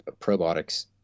probiotics